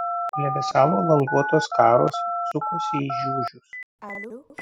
plevėsavo languotos skaros sukosi į žiužius